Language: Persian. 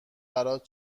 برات